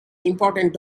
important